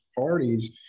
parties